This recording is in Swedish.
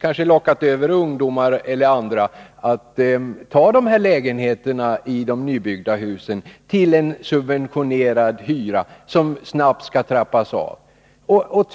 kanske har lockat ungdomar eller andra att hyra lägenheter i de nybyggda husen till en subventionerad hyra. Och därefter sker en snabb avtrappning av hyresrabatterna.